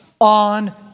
on